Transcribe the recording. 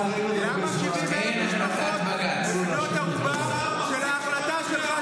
לשר אין עוד הרבה זמן -- למה 70,000 משפחות בנות ערובה של ההחלטה שלך,